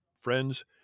friends